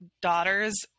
daughters